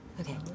Okay